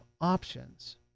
options